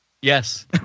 yes